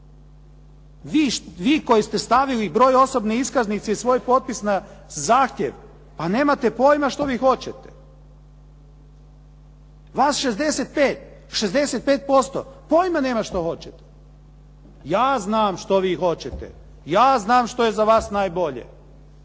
Vi koji ste stavili broj osobne iskaznice i svoj potpis na zahtjev, a nemate pojma što vi hoćete. Vas 65, 65% pojma nema što hoće. Ja znam što vi hoćete, ja znam što je za vas najbolje.